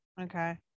okay